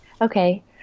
Okay